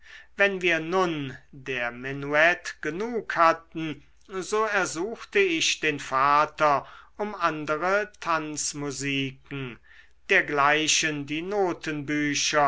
wenn wir nun der menuett genug hatten so ersuchte ich den vater um andere tanzmusiken dergleichen die